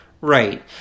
Right